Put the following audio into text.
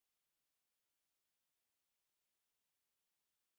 ya 刚刚我在 chiong mah 一个小时我是随便乱乱找